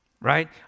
right